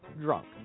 Drunk